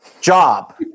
job